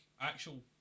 actual